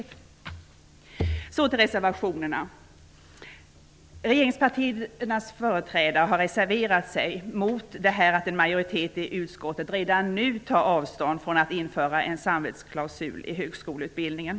Låt mig komma till reservationerna. Regeringspartiernas företrädare har reserverat sig mot att en majoritet i utskottet redan nu tar avstånd från att införa en samvetsklausul i högskoleutbildningen.